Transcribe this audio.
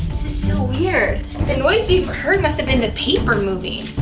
this is so weird. the noise we heard must have been the paper moving.